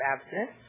abstinence